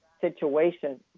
situation